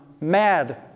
mad